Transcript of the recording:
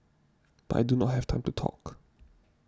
but I do not have time to talk